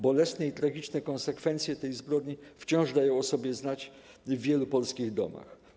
Bolesne i tragiczne konsekwencje tej zbrodni wciąż dają o sobie znać w wielu polskich domach.